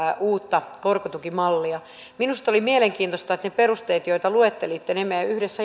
uutta korkotukimallia minusta oli mielenkiintoista että ne perusteet joita luettelitte me yhdessä jaamme